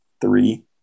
three